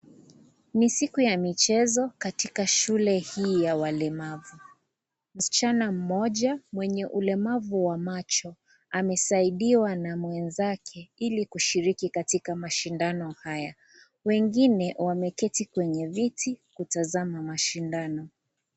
Ni siku ya michezo katika shule hii ya walemavu, msichana mmoja mwenye ulemavu wa macho amesaidiwa na mwenzake ili kushiriki katika mashindano haya. Wengine wameketii kwenye viti kutazama mashindano.